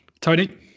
Tony